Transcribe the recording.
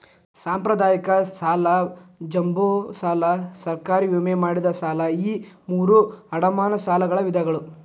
ಸಾಂಪ್ರದಾಯಿಕ ಸಾಲ ಜಂಬೋ ಸಾಲ ಸರ್ಕಾರಿ ವಿಮೆ ಮಾಡಿದ ಸಾಲ ಈ ಮೂರೂ ಅಡಮಾನ ಸಾಲಗಳ ವಿಧಗಳ